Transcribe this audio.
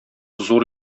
зур